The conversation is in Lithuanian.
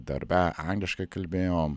darbe angliškai kalbėjom